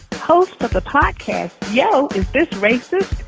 host of the podcast yo, is this racist?